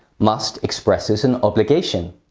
must expresses an obligation.